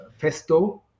Festo